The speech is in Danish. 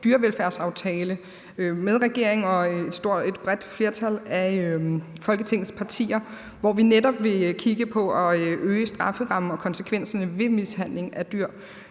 dyrevelfærdsaftale med regeringen og et bredt flertal af Folketingets partier, hvor vi netop vil kigge på at øge strafferammen og konsekvenserne ved mishandling af dyr